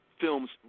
films